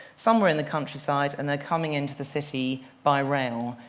somewhere in the countryside. and they're coming into the city by rail.